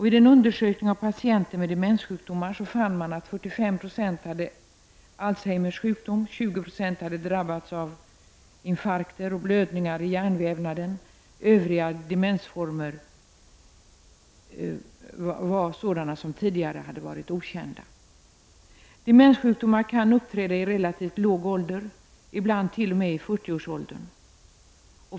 Vid en undersökning av patienter med demenssjukdomar fann man att 45 Jo hade Alzheimers sjukdom och att 20 26 hade drabbats av infarkter och blödningar i hjärnvävnaden. Övriga demensformer var sådana som tidigare hade varit okända. Demenssjukdomar kan uppträda i relativt låg ålder, ibland t.o.m. i 40-årsåldern.